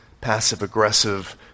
passive-aggressive